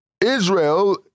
Israel